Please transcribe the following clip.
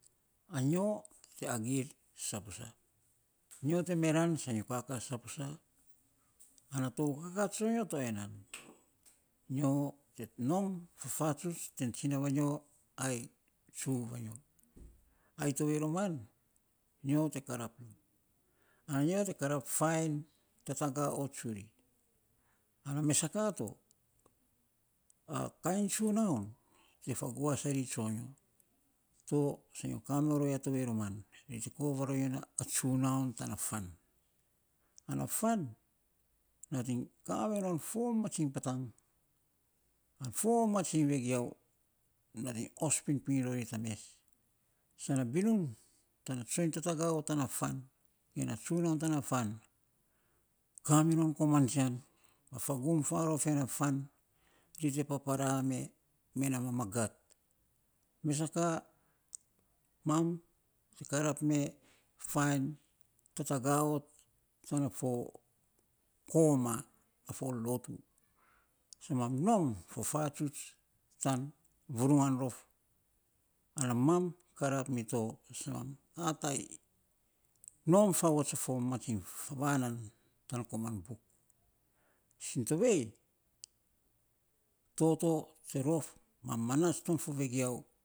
Anyo te agir saposa, nyo te meran sa nyo kaka saposa ana tou kaka tsoiny yanan, nyo te nom fifats ten tsina vainyo ai to vei roman nyo te karap vio, a vio te karap fain tatagaa ott tsuri, ana mes sa ka to a kainy tsunaun te fa guas ari tsonyo, to sa nyo kami rou ya tovei roman, ri nating kovaronyo na tsunaun tana fan ana fan nating kaminon fo mamatsiny patag ana fo mamatsiny vegiau nating os pinpin rori ta mes, sa na binun tana tsoiny tataga ott tana fan, ge na tsunaun tana fan, ka minon koman tsian, a fagum farof ya na fan, ri te papara mena mamagat, mes sa ka mam te karap me fain tatagaa ott tana fo koma a lotu, sa mam nom a fo lotu, sa mam nom a fo fatsuts tan vurungan rof, ana mam karap mito sa mam ai nom favot a fo mamatsiny vanan tan koman buk sin to vei toto te rof mam manats ton fo vegiau.